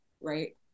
right